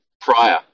prior